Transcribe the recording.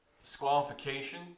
Disqualification